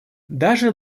даже